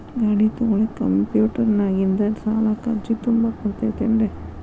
ಗಾಡಿ ತೊಗೋಳಿಕ್ಕೆ ಕಂಪ್ಯೂಟೆರ್ನ್ಯಾಗಿಂದ ಸಾಲಕ್ಕ್ ಅರ್ಜಿ ತುಂಬಾಕ ಬರತೈತೇನ್ರೇ?